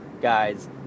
guys